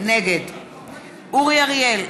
נגד אורי אריאל,